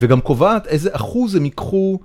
וגם קובעת איזה אחוז הם יקחו.